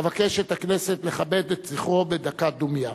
אבקש מהכנסת לכבד את זכרו בדקת דומייה.